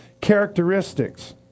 characteristics